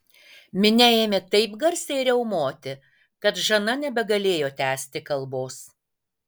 minia ėmė taip garsiai riaumoti kad žana nebegalėjo tęsti kalbos